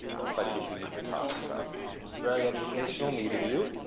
looks like you two need to talk. so very educational meeting you.